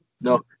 no